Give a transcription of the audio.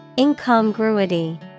Incongruity